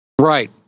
Right